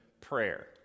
prayer